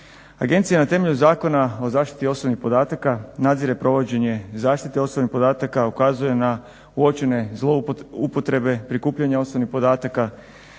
Agencija na temelju Zakona o zaštiti osobnih podataka nadzire provođenje zaštite osobnih podataka, ukazuje na uočene zloupotrebe, upotrebe, prikupljanja osobnih podataka,